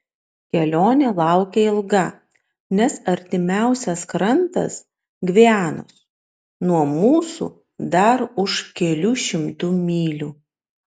kelionė laukia ilga nes artimiausias krantas gvianos nuo mūsų dar už kelių šimtų mylių